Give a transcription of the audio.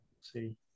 See